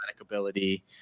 ability